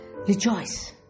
rejoice